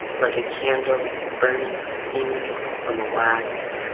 like a candle burning fumes from ah wax.